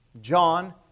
John